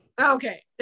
okay